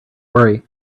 worry